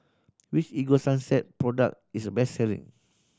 which Ego Sunsense product is the best selling